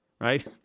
right